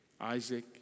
Isaac